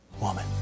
woman